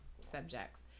subjects